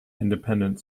independent